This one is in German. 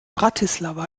bratislava